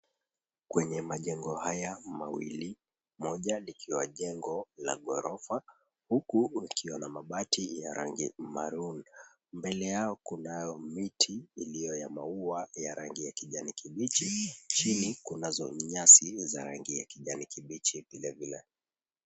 Kwenye majengo haya mawili, moja likiwa jengo la ghorofa huku ukiwa na mabati ya rangi maroon . Mbele yao kuna miti iliyo ya maua ya rangi ya kijani kibichi. Chini kunazo nyasi za rangi ya kijani kibichi vile vile.